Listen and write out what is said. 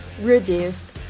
reduce